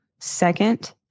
Second